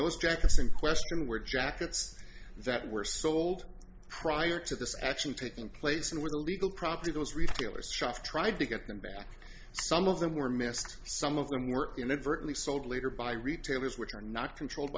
those jackets in question were jackets that were sold prior to this action taking place and were legal probably those retailers shop tried to get them back some of them were missed some of them were inadvertently sold later by retailers which are not controlled